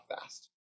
fast